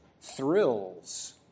thrills